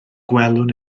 gwelwn